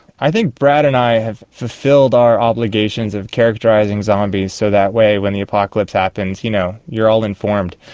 i think brad and i have fulfilled our obligations of characterising zombies, so that way when the apocalypse happens you know you are all informed.